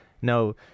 no